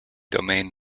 domain